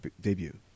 debut